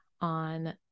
on